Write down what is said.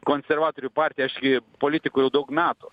konservatorių partija aš gi politikoj jau daug metų